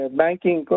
banking